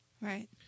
Right